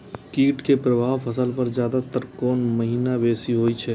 कीट के प्रभाव फसल पर ज्यादा तर कोन महीना बेसी होई छै?